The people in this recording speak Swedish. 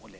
2003